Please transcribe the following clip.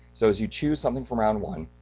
so as you choose something from round one,